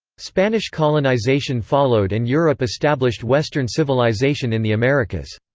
spanish colonization followed and europe established western civilization in the americas.